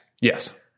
Yes